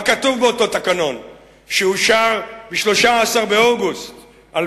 מה כתוב באותו תקנון שאושר ב-13 באוגוסט 2009?